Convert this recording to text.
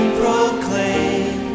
proclaim